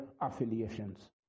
affiliations